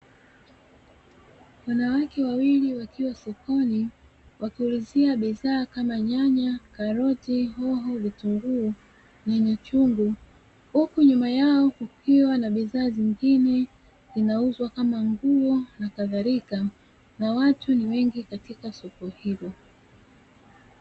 Wanawake wawili wakiwa sokoni wakiulizia bidhaa kama nyanya, karoti, hoho, vitukuu, nyanya chungu, huku nyuma yao kukiwa na bidhaa zingine zinauzwa kama nguo na kadhalika, na watu ni wengi katika soko hilo.